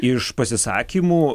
iš pasisakymų